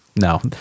no